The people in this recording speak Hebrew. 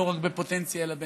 לא רק בפוטנציה אלא באמת.